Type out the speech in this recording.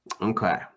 Okay